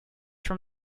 from